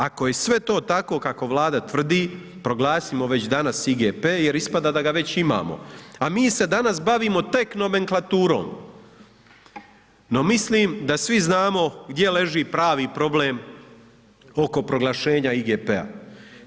Ako je sve to tako kako Vlada tvrdi proglasimo već danas IGP jer ispada da ga već imamo, a mi se danas bavimo tek nomenklaturom, no mislim da svi znamo gdje leži pravi problem oko proglašenja IGP-a.